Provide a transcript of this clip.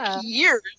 years